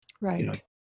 Right